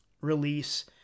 release